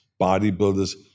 bodybuilders